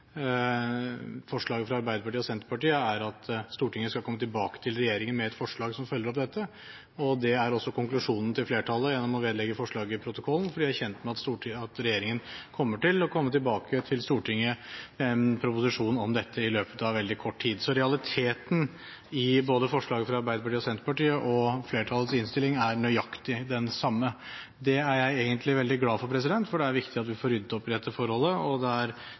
Forslaget fra Arbeiderpartiet og Senterpartiet er at Stortinget skal komme tilbake til regjeringen med et forslag som følger opp dette. Det er også konklusjonen til flertallet gjennom å vedlegge forslaget protokollen, for de er kjent med at regjeringen kommer til å komme tilbake til Stortinget med en proposisjon om dette i løpet av veldig kort tid. Så realiteten i forslaget fra Arbeiderpartiet og Senterpartiet og flertallets innstilling er nøyaktig den samme. Det er jeg egentlig veldig glad for, for det er viktig at vi får ryddet opp i dette forholdet, og det er